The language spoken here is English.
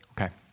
Okay